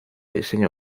diseño